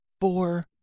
four